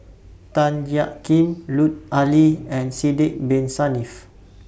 Tan Jiak Kim Lut Ali and Sidek Bin Saniff